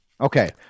Okay